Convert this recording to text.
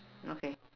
okay